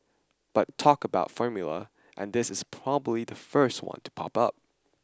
but talk about formulae and this is probably the first one to pop up